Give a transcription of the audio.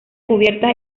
cubierta